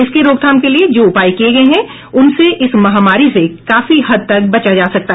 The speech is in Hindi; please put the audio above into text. इसकी रोकथाम के लिए जो उपाय किए गए हैं उनसे इस महामारी से काफी हद तक बचा जा सकता है